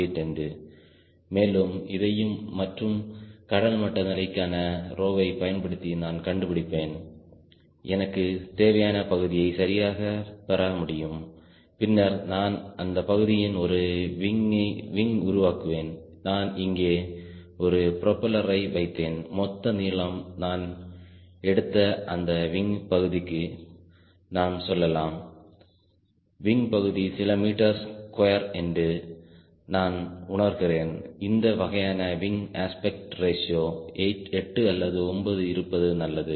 8 என்று மேலும் இதையும் மற்றும் கடல் மட்ட நிலைக்கான ரோவை பயன்படுத்தி நான் கண்டுபிடிப்பேன் எனக்கு தேவையான பகுதியை சரியாகப் பெற முடியும் பின்னர் நான் அந்த பகுதியின் ஒரு விங் உருவாக்குவேன் நான் இங்கே ஒரு புரொப்பல்லரை வைத்தேன் மொத்த நீளம் நான் எடுத்த அந்த விங் பகுதி நாம் சொல்லலாம் விங் பகுதி சில மீட்டர் ஸ்கொயர் என்று நான் உணர்கிறேன் இந்த வகையான விங் அஸ்பெக்ட் ரேஷியோ 8 அல்லது 9 இருப்பது நல்லது